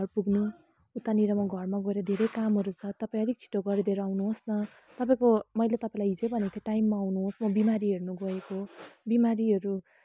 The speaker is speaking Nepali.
घर पुग्नु उतानिर म घरमा गएर धेरै कामहरू छ तपाईँ अलिक छिटो गरिदिएर आउनुहोस् न तपाईँको मैले तपाईँलाई हिजै भनेको थिएँ टाइममा आउनुहोस् म बिमारी हेर्नु गएको बिमारीहरूले